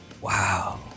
Wow